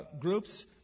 groups